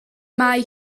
mae